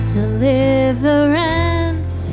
deliverance